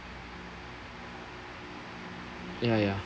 ya ya